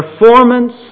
Performance